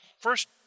first